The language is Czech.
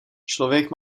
člověk